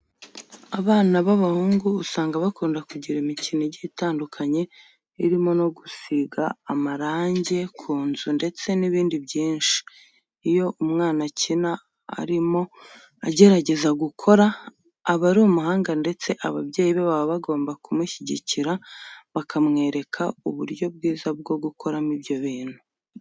Abana b'abahungu usanga bakunda kugira imikino igiye itandukanye irimo no gusiga amarange ku nzu ndetse n'ibindi byinshi. Iyo umwana akina arimo agerageza gukora, aba ari umuhanga ndetse ababyeyi be baba bagomba kumushyigikira bakamwereka uburyo bwiza bwo gukoramo ibyo bintu.